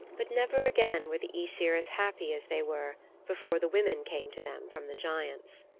but never again were the aesir as happy as they were before the women came to them from the giants.